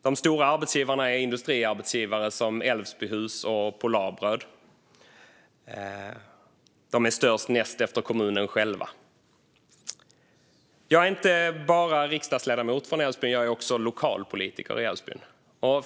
De stora arbetsgivarna är industriarbetsgivare som Älvsbyhus och Polarbröd. De är störst, näst efter kommunen själv. Jag är inte bara riksdagsledamot från Älvsbyn, utan jag är också lokalpolitiker i Älvsbyn.